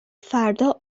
فردا